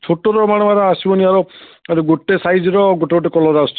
ଛୋଟ ଆସିବନି ଗୋଟେ ସାଇଜ୍ର ଗୋଟେ ଗୋଟେ କଲର୍ ଆସୁଛି